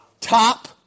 Top